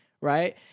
right